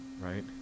right